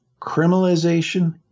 criminalization